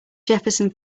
jefferson